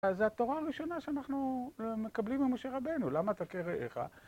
אז זו התורה הראשונה שאנחנו מקבלים ממשה רבנו, למה תכה רעך?